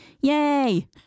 Yay